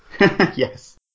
Yes